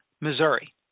Missouri